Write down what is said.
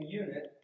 unit